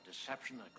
deception